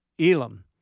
Elam